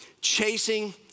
chasing